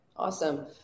Awesome